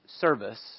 service